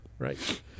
right